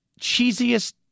cheesiest